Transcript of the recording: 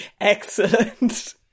Excellent